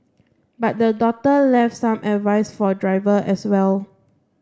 but the daughter left some advice for driver as well